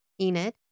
Enid